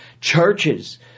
churches